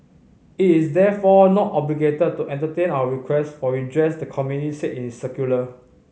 it is therefore not obligated to entertain our requests for redress the committee said in its circular